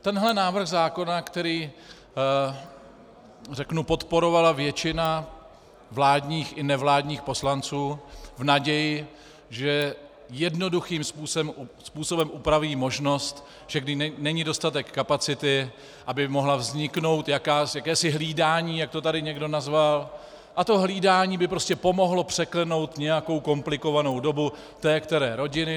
Tenhle návrh zákona, který podporovala většina vládních i nevládních poslanců v naději, že jednoduchým způsobem upraví možnost, že když není dostatek kapacity, aby mohlo vzniknout jakési hlídání, jak to tady někdo nazval, a to hlídání by prostě pomohlo překlenout nějakou komplikovanou dobu té které rodiny.